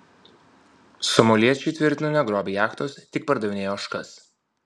somaliečiai tvirtina negrobę jachtos tik pardavinėję ožkas